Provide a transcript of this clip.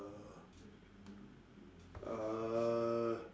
uh